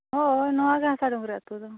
ᱦᱳᱭ ᱱᱚᱶᱟ ᱜᱮ ᱦᱟᱥᱟ ᱰᱩᱝᱨᱤ ᱟᱹᱛᱳ ᱫᱚ